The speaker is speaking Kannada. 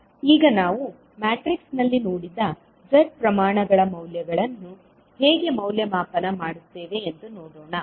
ಈಗ ನಾವು ಮ್ಯಾಟ್ರಿಕ್ಸ್ನಲ್ಲಿ ನೋಡಿದ Z ಪ್ರಮಾಣಗಳ ಮೌಲ್ಯಗಳನ್ನು ಹೇಗೆ ಮೌಲ್ಯಮಾಪನ ಮಾಡುತ್ತೇವೆ ಎಂದು ನೋಡೋಣ